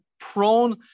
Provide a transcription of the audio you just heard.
prone